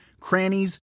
crannies